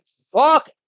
Fuck